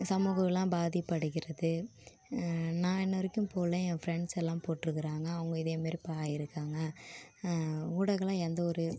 சமூகம்லாம் பாதிப்படைகிறது நான் இன்று வரைக்கும் போடல என் ஃப்ரெண்ட்ஸ் எல்லாம் போட்டுருக்கிறாங்க அவங்க இதே மாரி இருக்காங்க ஊடகங்களாம் எந்தவொரு